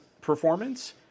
performance